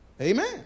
Amen